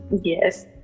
Yes